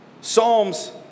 Psalms